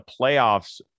playoffs